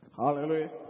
hallelujah